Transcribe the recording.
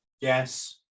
Yes